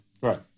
Right